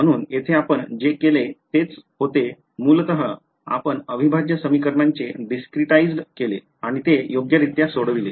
म्हणून येथे आपण जे केले तेच होते मूलत आम्ही अविभाज्य समीकरणाचे discretized केले आणि ते योग्यरित्या सोडविले